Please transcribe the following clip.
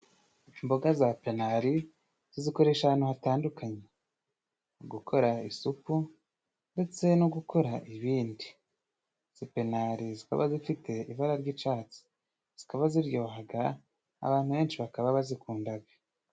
Imboga za penali, tuzikoresha ahantu hatandukanye, mu gukora isupu, ndetse no gukora ibindi, ipenari zikaba zifite ibara ry'icatsi, zikaba ziryohaga, abantu benshi bakaba bazikundaga.